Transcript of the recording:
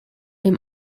dem